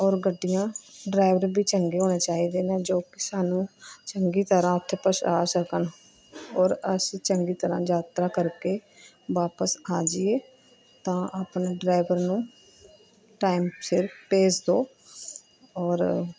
ਔਰ ਗੱਡੀਆਂ ਡਰਾਈਵਰ ਵੀ ਚੰਗੇ ਹੋਣੇ ਚਾਹੀਦੇ ਨੇ ਜੋ ਕਿ ਸਾਨੂੰ ਚੰਗੀ ਤਰ੍ਹਾਂ ਉੱਥੇ ਪਹੁੰਚਾ ਸਕਣ ਔਰ ਅਸੀਂ ਚੰਗੀ ਤਰ੍ਹਾਂ ਯਾਤਰਾ ਕਰਕੇ ਵਾਪਸ ਆ ਜਾਈਏ ਤਾਂ ਆਪਣੇ ਡਰਾਈਵਰ ਨੂੰ ਟਾਈਮ ਸਿਰ ਭੇਜ ਦਿਓ ਔਰ